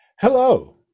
Hello